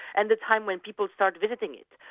and the time when people start visiting it.